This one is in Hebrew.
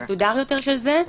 אני חושב שזה מוגזם.